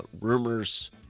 rumors